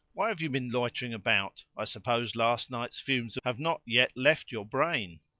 why have you been loitering about? i suppose last night's fumes have not yet left your brain?